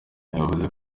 yavuze